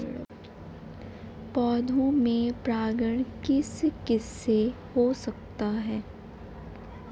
पौधों में परागण किस किससे हो सकता है?